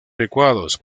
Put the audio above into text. adecuados